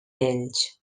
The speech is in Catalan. vells